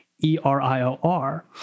E-R-I-O-R